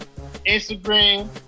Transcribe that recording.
Instagram